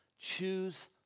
choose